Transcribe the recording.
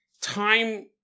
Time